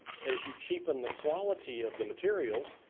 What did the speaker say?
as you cheapen the quality of the materials,